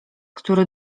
który